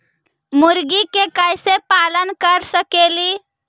मुर्गि के कैसे पालन कर सकेली?